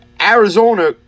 Arizona